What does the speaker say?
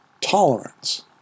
tolerance